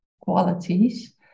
qualities